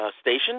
Station